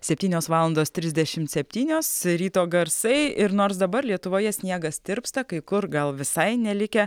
septynios valandos trisdešimt septynios ryto garsai ir nors dabar lietuvoje sniegas tirpsta kai kur gal visai nelikę